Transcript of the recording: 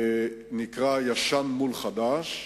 שנקרא "ישן מול חדש".